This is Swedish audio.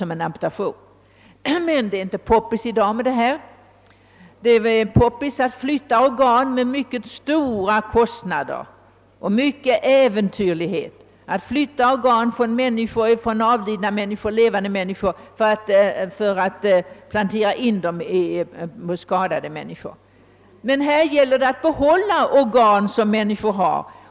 Men det är inte »poppis« i dag med detta. Det är mer »poppis« att till mycket stora kostnader och med mycken äventyrlighet ta organ från avlidna eller levande människor för att plantera in dem i sjuka människor. I detta fall gäller det att behålla organ som människor har.